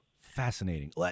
Fascinating